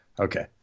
Okay